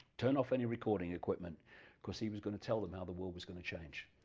turn off any recording equipment because he was going to tell them how the world was gonna change,